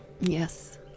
Yes